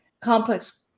complex